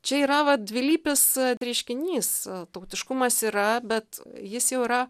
čia yra va dvilypis reiškinys tautiškumas yra bet jis jau yra